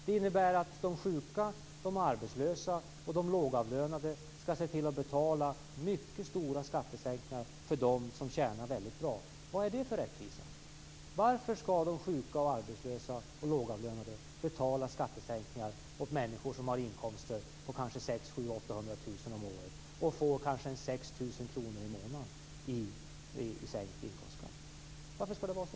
Det innebär att de sjuka, de arbetslösa och de lågavlönade skall betala mycket stora skattesänkningar för dem som tjänar väldigt bra. Vad är det för rättvisa? Varför skall de sjuka, arbetslösa och lågavlönade betala skattesänkningar åt människor som har inkomster på 600 000 800 000 kr om året? De får kanske 6 000 kr i månaden i sänkt inkomstskatt. Varför skall det vara så?